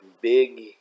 big